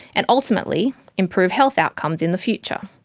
and ultimately improve health outcomes in the future.